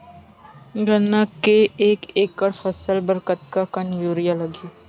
गन्ना के एक एकड़ फसल बर कतका कन यूरिया लगही?